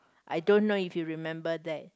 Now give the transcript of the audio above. I don't know if you remember that